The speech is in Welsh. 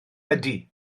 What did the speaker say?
ydy